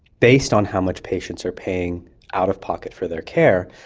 based on how much patients are paying out-of-pocket for their care,